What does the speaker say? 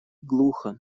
глухо